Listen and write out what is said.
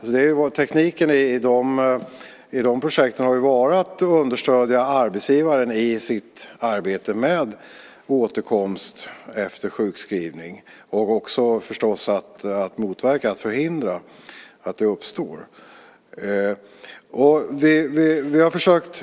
Tekniken i de projekten har varit just att understödja arbetsgivaren i arbetet med människors återkomst efter sjukskrivning. Dessutom gäller det förstås att motverka, förhindra, att sjukskrivning uppstår.